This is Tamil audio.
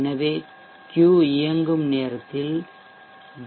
எனவே Q இயங்கும் நேரத்தில் டி